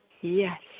Yes